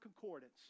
concordance